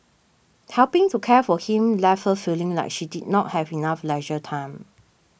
helping to care for him left her feeling like she did not have enough leisure time